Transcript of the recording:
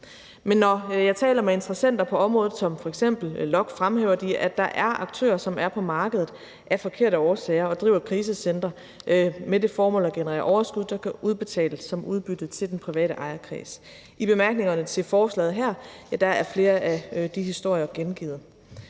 Men når jeg taler med interessenter på området som f.eks. LOKK, fremhæver de, at der er aktører, som er på markedet af forkerte årsager og driver krisecentre med det formål at generere overskud, der kan udbetales som udbytte til den private ejerkreds. I bemærkningerne til forslaget her er flere af de historier gengivet.